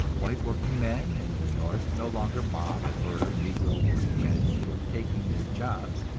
white workingmen in the north no longer mob and murder negro workingmen for taking their jobs,